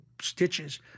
stitches